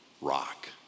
rock